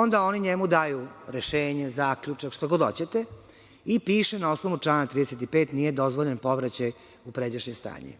Onda oni njemu daju rešenje, zaključak, šta god hoćete i piše na osnovu člana 35. – nije dozvoljen povraćaj u pređašnje stanje.